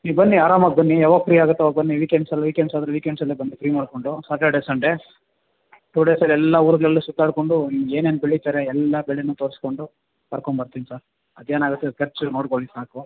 ನೀವು ಬನ್ನಿ ಆರಾಮಾಗಿ ಬನ್ನಿ ಯಾವಾಗ ಫ್ರೀ ಆಗುತ್ತೋ ಅವಾಗ ಬನ್ನಿ ವೀಕೆಂಡ್ಸಲ್ಲಿ ವೀಕೆಂಡ್ಸಾದರೆ ವೀಕೆಂಡ್ಸಲ್ಲೇ ಬನ್ನಿ ಫ್ರೀ ಮಾಡಿಕೊಂಡು ಸಾಟಡೇ ಸಂಡೇ ಟೂ ಡೇಸಲ್ಲಿ ಎಲ್ಲ ಊರುಗ್ಳೆಲ್ಲ ಸುತ್ತಾಡಿಕೊಂಡು ನಿಮ್ಗೆ ಏನೇನು ಬೆಳಿತಾರೆ ಎಲ್ಲ ಬೆಳೆನೂ ತೋರಿಸಿಕೊಂಡು ಕರ್ಕೊಂಬರ್ತೀನಿ ಸರ್ ಅದೇನಾಗುತ್ತೆ ಅದು ಖರ್ಚು ನೋಡ್ಕೊಳ್ಳಿ ಸಾಕು